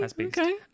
okay